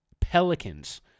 Pelicans